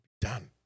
done